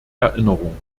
erinnerung